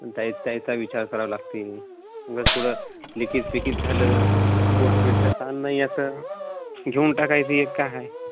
आणि त्याई त्याचा विचार करावं लागते उगाच कुठं लिकिज पिकित झालं स्फोट पीट तर ताण नाही आता घेऊन टाकायचं एक काय आहे